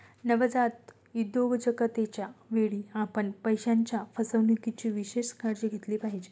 नवजात उद्योजकतेच्या वेळी, आपण पैशाच्या फसवणुकीची विशेष काळजी घेतली पाहिजे